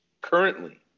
currently